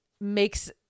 Makes